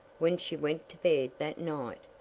when she went to bed that night,